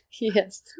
Yes